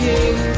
King